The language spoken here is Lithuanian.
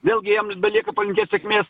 vėlgi jiems belieka palinkėt sėkmės